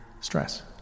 stress